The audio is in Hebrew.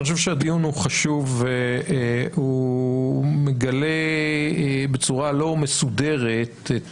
אני חושב שהדיון הוא חשוב והוא מגלה בצורה לא מסודרת את